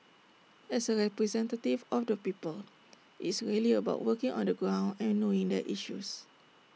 as A representative of the people it's really about working on the ground and knowing their issues